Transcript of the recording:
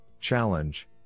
challenge